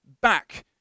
back